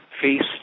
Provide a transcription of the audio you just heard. Feast